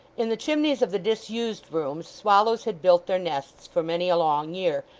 in the chimneys of the disused rooms, swallows had built their nests for many a long year,